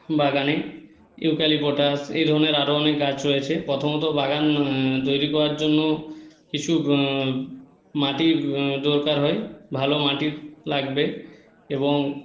বাগানে ইউক্যালিপটাস এই ধরনের আরও অনেক গাছ রয়েছে প্রথমত বাগান তৈরি করার জন্য কিছু মাটির দরকার হয় ভালো মাটি লাগবে এবং